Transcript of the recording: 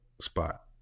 spot